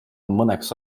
mõneks